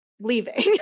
leaving